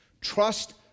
Trust